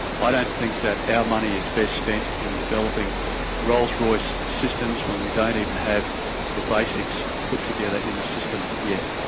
ah don't think that our money is best spent in developing rolls royce systems when we don't even have the basics put together in the system yet.